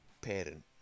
parent